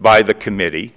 by the committee